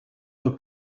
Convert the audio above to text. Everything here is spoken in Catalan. pel